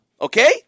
Okay